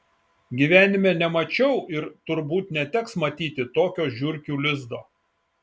gyvenime nemačiau ir turbūt neteks matyti tokio žiurkių lizdo